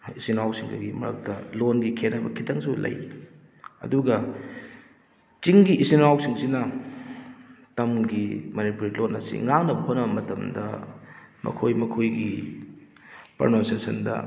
ꯍꯥꯏꯗꯤ ꯏꯆꯤꯟ ꯏꯅꯥꯎꯁꯤꯡꯒꯒꯤ ꯃꯔꯛꯇ ꯂꯣꯟꯒꯤ ꯈꯦꯠꯅꯕ ꯈꯤꯇꯪꯁꯨ ꯂꯩ ꯑꯗꯨꯒ ꯆꯤꯡꯒꯤ ꯏꯆꯤꯟ ꯏꯅꯥꯎꯁꯤꯡꯁꯤꯅ ꯇꯝꯒꯤ ꯃꯅꯤꯄꯨꯔꯤ ꯂꯣꯟ ꯑꯁꯤ ꯉꯥꯡꯅꯕ ꯍꯣꯠꯅꯕ ꯃꯇꯝꯗ ꯃꯈꯣꯏ ꯃꯈꯣꯏꯒꯤ ꯄ꯭ꯔꯅꯨꯟꯁꯤꯌꯦꯁꯟꯗ